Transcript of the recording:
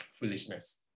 foolishness